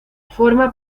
forma